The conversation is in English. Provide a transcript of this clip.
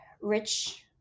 rich –